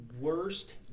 worst